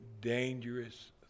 dangerous